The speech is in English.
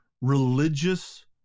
religious